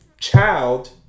child